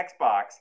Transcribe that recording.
Xbox